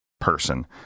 person